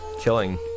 killing